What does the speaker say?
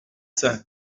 cinq